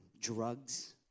drugs